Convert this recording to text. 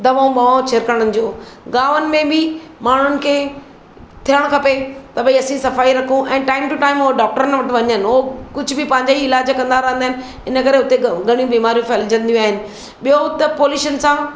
दवाऊं ॿवाऊं छिड़िकणनि जो गांवनि में बि माण्हुनि खे थियणु खपे त भई असीं सफ़ाई रखूं ऐं टाइम टू टाइम हू डॉक्टरनि वटि वञनि हू कुझु बि पंहिंजा ई इलाज कंदा रहंदा आहिनि इनकरे उते ॻ घणियूं बीमारियूं फहिलिजंदियूं आहिनि ॿियो त पोलुशन सां